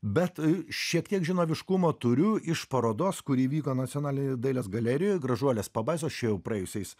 bet šiek tiek žinoviškumo turiu iš parodos kuri vyko nacionalinėj dailės galerijoj gražuolės pabaisos čia jau praėjusiais